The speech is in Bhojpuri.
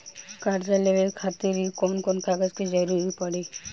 कर्जा लेवे खातिर कौन कौन कागज के जरूरी पड़ी?